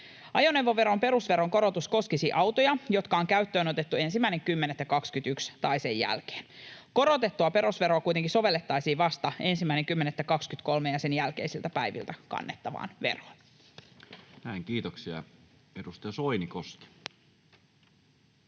Ajoneuvoveron perusveron korotus koskisi autoja, jotka on käyttöönotettu 1.10.2021 tai sen jälkeen. Korotettua perusveroa kuitenkin sovellettaisiin vasta 1.10.2023 ja sen jälkeisiltä päiviltä kannettavaan veroon. [Speech